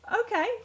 Okay